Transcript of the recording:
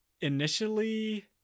initially